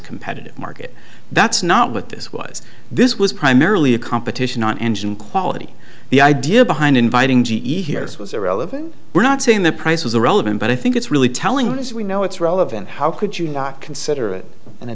competitive market that's not what this was this was primarily a competition on engine quality the idea behind inviting g e here is was irrelevant we're not saying the price was irrelevant but i think it's really telling as we know it's relevant how could you not consider it and the